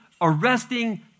arresting